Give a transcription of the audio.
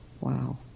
Wow